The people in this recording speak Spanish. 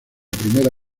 primera